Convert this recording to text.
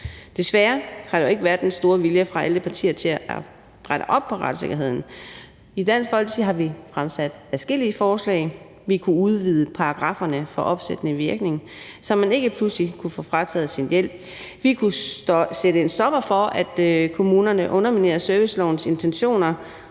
Desværre har der jo ikke været den store vilje fra alle partier til at rette op på retssikkerheden. I Dansk Folkeparti har vi fremsat adskillige forslag. Vi kunne udvide paragrafferne for opsættende virkning, så man ikke pludselig kan få frataget sin hjælp, vi kunne sætte en stopper for, at kommunerne underminerer servicelovens intentioner